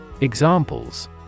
Examples